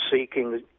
seeking